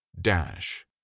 Dash